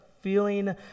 feeling